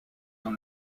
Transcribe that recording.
dans